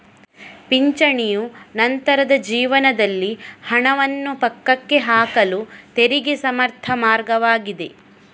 ಪಿಂಚಣಿಯು ನಂತರದ ಜೀವನದಲ್ಲಿ ಹಣವನ್ನು ಪಕ್ಕಕ್ಕೆ ಹಾಕಲು ತೆರಿಗೆ ಸಮರ್ಥ ಮಾರ್ಗವಾಗಿದೆ